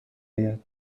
اید